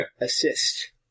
assist